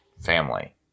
family